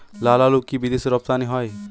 লালআলু কি বিদেশে রপ্তানি হয়?